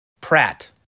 Pratt